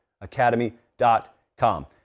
academy.com